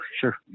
sure